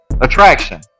Attraction